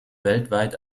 weltweit